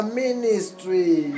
ministry